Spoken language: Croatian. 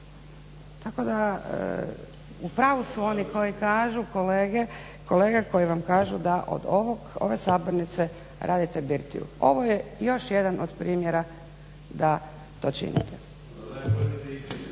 Tako da u pravu su oni koji kažu kolege koji vam kažu da od ove sabornice radite birtiju. Ovo je još jedan od primjera da to činite.